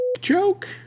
joke